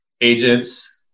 agents